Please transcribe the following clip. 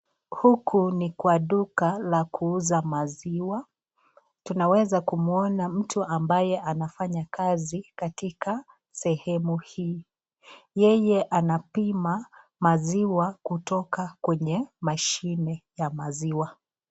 Huku ni kwa duka la kuuza maziwa, tunaweza kumwona mtu ambaye anafanya kazi katika sehemu hii, yeye anapima maziwa kutoka kwenye mashini ya maziwa.